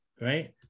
right